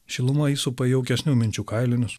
šiluma įsupa į jaukesnių minčių kailinius